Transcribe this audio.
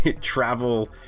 travel